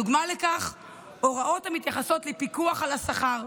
דוגמה לכך היא הוראות המתייחסות לפיקוח על השכר,